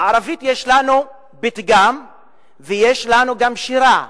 בערבית יש לנו פתגם ויש לנו גם שירה.